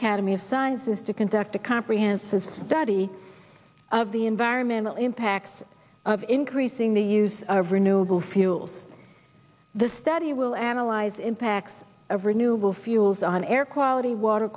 academy of sciences to conduct a comprehensive study of the environmental impacts of increasing the use of renewable fuels the study will analyze impacts of renewable fuels on air quality water